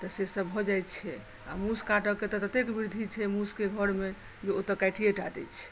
तऽ सेसभ भऽ जाइत छै आ मूस काटयके तऽ ततेक वृद्वि छै मूसके घरमे जे ओ तऽ काटिए टा दैत छै